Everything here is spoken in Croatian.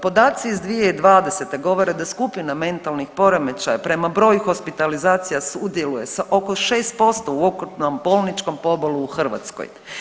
Podaci iz 2020. govore da skupina mentalnih poremećaja prema broju hospitalizacija sudjeluje sa oko 6% u okrutnom bolničkom pobolu u Hrvatskoj.